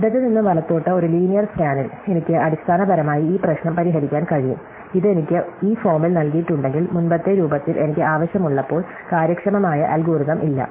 ഇടത് നിന്ന് വലത്തോട്ട് ഒരു ലീനിയർ സ്കാനിൽ എനിക്ക് അടിസ്ഥാനപരമായി ഈ പ്രശ്നം പരിഹരിക്കാൻ കഴിയും ഇത് എനിക്ക് ഈ ഫോമിൽ നൽകിയിട്ടുണ്ടെങ്കിൽ മുമ്പത്തെ രൂപത്തിൽ എനിക്ക് ആവശ്യമുള്ളപ്പോൾ കാര്യക്ഷമമായ അൽഗോരിതം ഇല്ല